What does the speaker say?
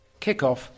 Kickoff